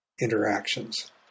interactions